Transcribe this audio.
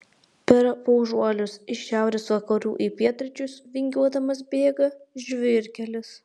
per paužuolius iš šiaurės vakarų į pietryčius vingiuodamas bėga žvyrkelis